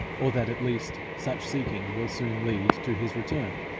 or that at least such seeking will soon lead to his return.